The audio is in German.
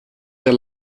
der